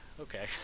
Okay